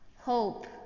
Hope